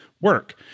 work